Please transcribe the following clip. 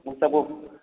मतलब ऊ